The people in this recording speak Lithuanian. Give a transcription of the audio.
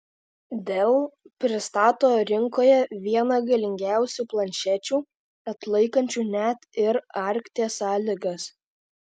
dell pristato rinkoje vieną galingiausių planšečių atlaikančių net ir arkties sąlygas